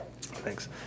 Thanks